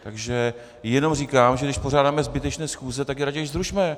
Takže jenom říkám, že když pořádáme zbytečné schůze, tak je raději rušme.